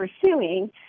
pursuing